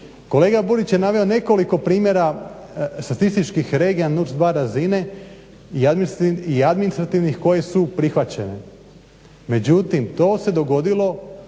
Kolega Burić je naveo nekoliko primjera statističkih regija NUTS-2 razine i administrativnih koje su prihvaćene. Međutim, to se dogodilo